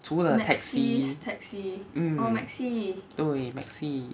除了 taxi mm 对 maxi